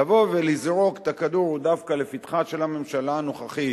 לבוא ולזרוק את הכדור דווקא לפתחה של הממשלה הנוכחית,